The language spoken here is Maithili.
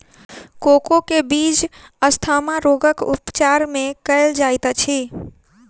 कोको के बीज अस्थमा रोगक उपचार मे कयल जाइत अछि